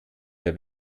der